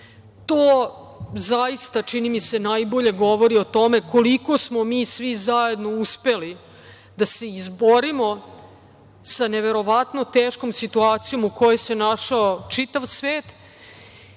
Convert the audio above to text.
zaista najbolje govori o tome, koliko smo mi svi zajedno uspeli da se izborimo sa neverovatno teškom situacijom u kojoj se našao čitav svet